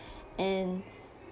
and